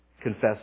Confess